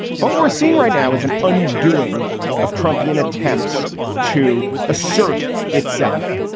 but we're seeing right now is an undoing of trump in attempts to assert itself.